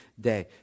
day